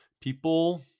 People